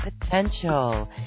potential